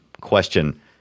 question